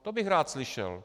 To bych rád slyšel.